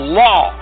law